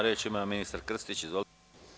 Reč ima ministar Krstić, izvolite.